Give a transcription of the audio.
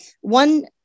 One